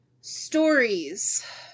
stories